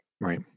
right